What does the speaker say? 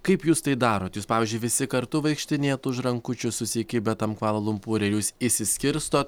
kaip jūs tai darot jūs pavyzdžiui visi kartu vaikštinėjat už rankučių susikibę tam kvala lumpūre ar jūs išsiskirstot